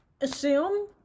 assume